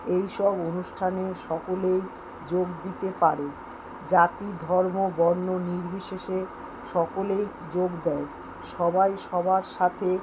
এইসব অনুষ্ঠানে সকলেই যোগ দিতে পারে জাতি ধর্ম বর্ণ নির্বিশেষে সকলেই যোগ দেয় সবাই সবার সাথে